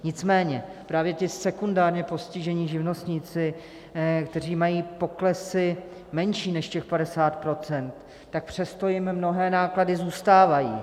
Nicméně právě ti sekundárně postižení živnostníci, kteří mají poklesy menší než těch 50 %, tak přesto jim mnohé náklady zůstávají.